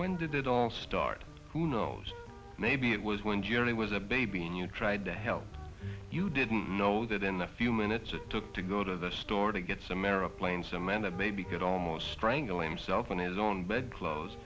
when did it all start who knows maybe it was when jerry was a baby and you tried to help you didn't know that in the few minutes it took to go to the store to get some airplanes a man that maybe could almost strangle him self in his own bed clothes